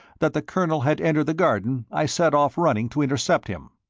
that the colonel had entered the garden, i set off running to intercept him.